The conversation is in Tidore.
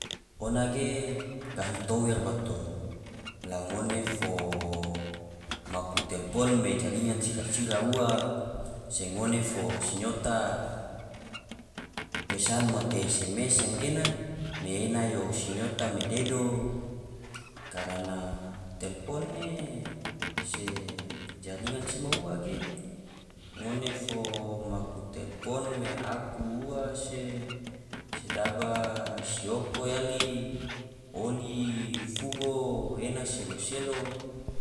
Ona ge gahi tower bato, la ngone fo maku telpon me jaringan sira sira ua, se ngone fo sinyota pesan mote sms gena me ena yo sinyota me dedo, karana telpon ne se jaringan sema ua ge ngona fo maku telpon me aku ua se, sedaba sioko yali oli fugo ena selo selo.